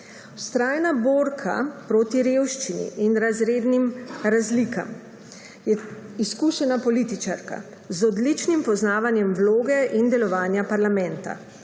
Vztrajna borka proti revščini in razrednim razlikam je izkušena političarka z odličnim poznavanjem vloge in delovanja parlamenta.